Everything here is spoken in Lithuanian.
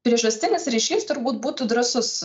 priežastinis ryšys turbūt būtų drąsus